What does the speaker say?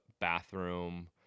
bathroom